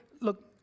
look